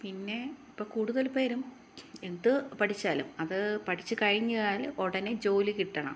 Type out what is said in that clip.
പിന്നെ ഇപ്പം കൂടുതൽ പേരും എന്ത് പഠിച്ചാലും അത് പഠിച്ചു കഴിഞ്ഞാൽ ഉടനെ ജോലി കിട്ടണം